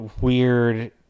weird